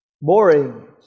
boring